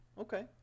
Okay